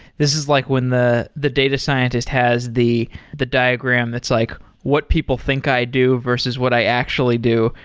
this is like when the the data scientist has the the diagram. it's like what people think i do versus what i actually do,